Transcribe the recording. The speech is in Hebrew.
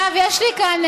יש לי כאן